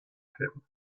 him